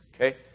Okay